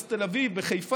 באוניברסיטת תל אביב ובחיפה.